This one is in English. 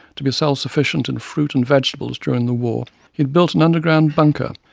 to be self sufficient in fruit and vegetables during the war, he had built an underground bunker.